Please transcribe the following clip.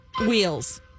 Wheels